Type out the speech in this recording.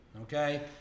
Okay